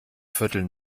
viertel